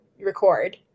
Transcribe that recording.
record